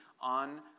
on